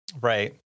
Right